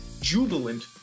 jubilant